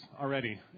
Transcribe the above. already